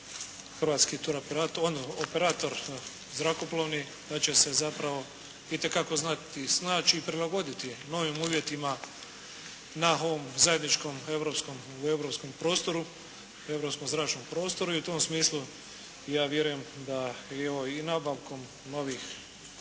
odnosno operator zrakoplovni da će se zapravo itekako znati snaći i prilagoditi je novim uvjetima na ovom zajedničkom europskom, u europskom prostoru, u europskom zračnom prostoru i u tom smislu ja vjerujem da evo i nabavkom novih letjelica.